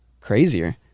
crazier